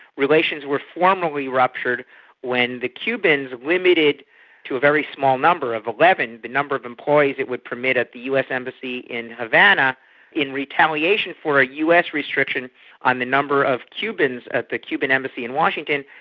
relations were formally ruptured when the cubans limited to a very small number of eleven the number of employees it would permit at the us embassy in havana in retaliation for a us restriction on the number of cubans at the cuban embassy in washington,